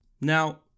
Now